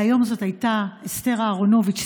והיום זאת הייתה אסתר אהרונוביץ',